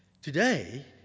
Today